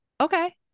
okay